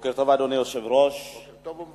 אדוני היושב-ראש, בוקר טוב, בוקר טוב ומבורך.